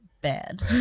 Bad